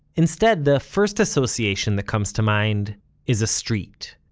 instead, the first association that comes to mind is a street.